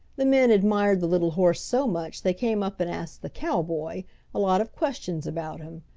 the men admired the little horse so much they came up and asked the cowboy a lot of questions about him,